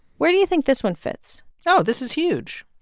where do you think this one fits? oh, this is huge.